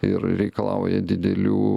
ir reikalauja didelių